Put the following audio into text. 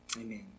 Amen